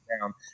down